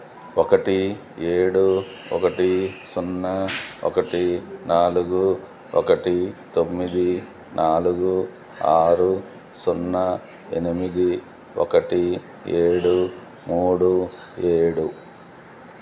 ఒకటి ఏడు ఒకటి సున్నా ఒకటి నాలుగు ఒకటి తొమ్మిది నాలుగు ఆరు సున్నా ఎనిమిది ఒకటి ఏడు మూడు ఏడు